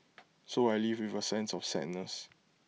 so I leave with A sense of sadness